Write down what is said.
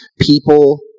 people